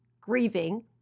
grieving